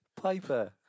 Piper